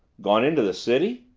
gone into the city?